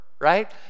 right